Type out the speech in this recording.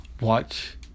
watch